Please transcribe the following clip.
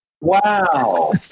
Wow